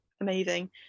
amazing